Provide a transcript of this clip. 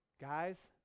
Guys